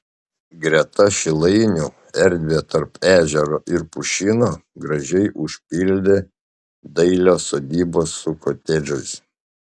greta šilainių erdvę tarp ežero ir pušyno gražiai užpildė dailios sodybos su kotedžais